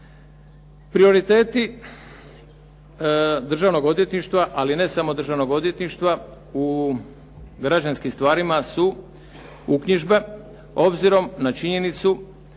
Prioriteti državnog odvjetništva, ali ne samo državnog odvjetništva u građanskim stvarima su uknjižbe, obzirom na činjenicu